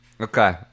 Okay